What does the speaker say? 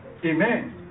amen